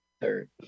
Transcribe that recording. third